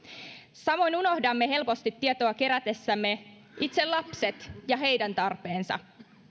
samoin unohdamme helposti tietoa kerätessämme itse lapset ja heidän tarpeensa